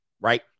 right